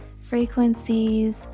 frequencies